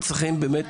שנפגעים.